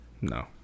No